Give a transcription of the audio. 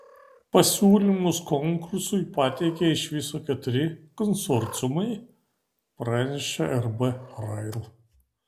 pasiūlymus konkursui pateikė iš viso keturi konsorciumai pranešė rb rail